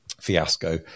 fiasco